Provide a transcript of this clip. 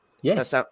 Yes